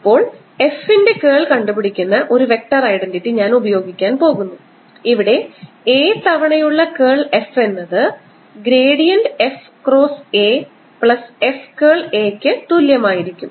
ഇപ്പോൾ f ന്റെ curl കണ്ടുപിടിക്കുന്ന ഒരു വെക്റ്റർ ഐഡന്റിറ്റി ഞാൻ ഉപയോഗിക്കാൻ പോകുന്നു ഇവിടെ A തവണയുള്ള കേൾ F എന്നത് gradient F cross A plus f curl A ക്ക് തുല്യമായിരിക്കും